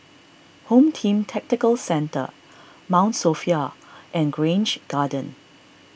Home Team Tactical Centre Mount Sophia and Grange Garden